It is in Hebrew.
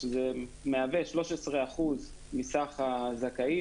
שזה מהווה 13% מסך הזכאים,